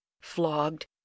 flogged